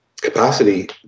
capacity